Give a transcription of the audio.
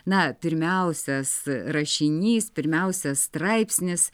na pirmiausias rašinys pirmiausias straipsnis